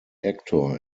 actor